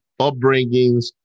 upbringings